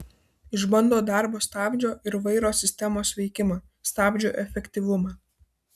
išbando darbo stabdžio ir vairo sistemos veikimą stabdžių efektyvumą